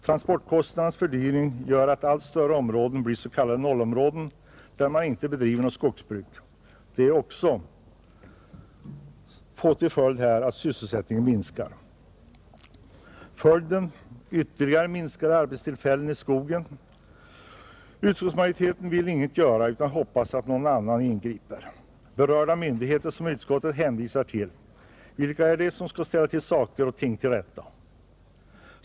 Transportkostnadernas fördyring gör att allt större område blir s.k. 0-områden där man inte bedriver något skogsbruk. Det får till följd ytterligare minskade arbetstillfällen i skogen. Utskottsmajoriteten vill ingeting göra utan hoppas att någon annan ingriper. Utskottet hänvisar till berörda myndigheter, Vilka är dessa myndigheter som skall ställa allt till rätta?